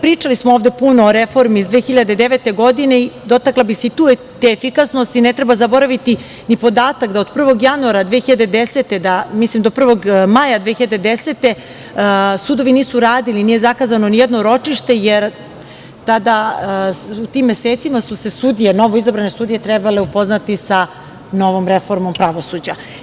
Pričali smo ovde puno o reformi iz 2009. godine, dotakla bih se i tu te efikasnosti, jer ne treba zaboraviti ni podatak da od 1. januara 2010. godine, odnosno mislim 1. maja 2010. godine, sudovi nisu radili, nije zakazano nijedno ročište, jer tada u tim mesecima su se novoizabrane sudije trebale upoznati sa novom reformom pravosuđa.